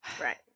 Right